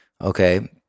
okay